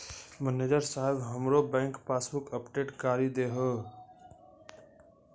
manager साहेब हमरो bank passbook update करि दहो